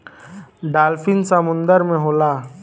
dolphin समुंदर में होला